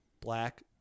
black